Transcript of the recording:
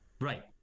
right